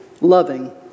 loving